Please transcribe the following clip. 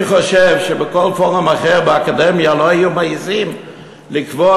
אני חושב שבכל פורום אחר באקדמיה לא היו מעזים לקבוע